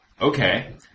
Okay